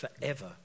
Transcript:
forever